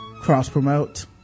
cross-promote